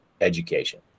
education